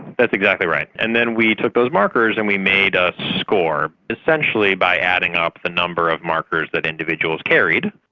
that's exactly right. and then we took those markers and we made a score, essentially by adding up the number of markers that individuals carried.